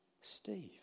Steve